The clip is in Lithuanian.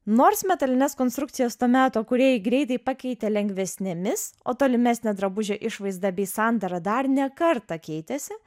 nors metalines konstrukcijas to meto kūrėjai greitai pakeitė lengvesnėmis o tolimesnė drabužio išvaizda bei sandara dar ne kartą keitėsi